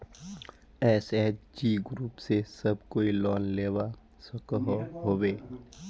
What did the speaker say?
SHG group से सब कोई लोन लुबा सकोहो होबे?